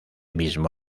mismo